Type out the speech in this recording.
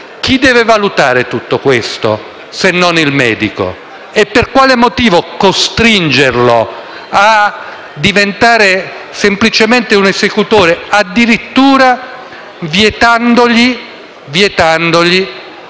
chi deve valutare tutto questo, se non il medico? E per quale motivo costringerlo a diventare semplicemente un esecutore, addirittura vietandogli la